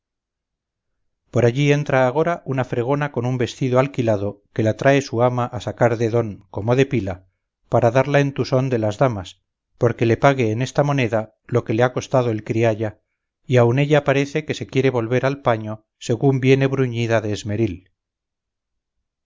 por allí entra agora una fregona con un vestido alquilado que la trae su ama a sacar de don como de pila para darla el tusón de las damas porque le pague en esta moneda lo que le ha costado el crialla y aun ella parece que se quiere volver al paño según viene bruñida de esmeril